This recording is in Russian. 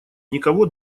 никого